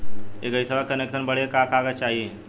इ गइसवा के कनेक्सन बड़े का का कागज चाही?